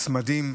מוצמדים.